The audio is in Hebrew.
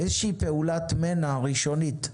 איזושהי פעולת מנע ראשונית?